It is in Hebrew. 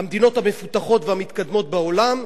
המדינות המפותחות והמתקדמות בעולם,